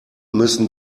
müssen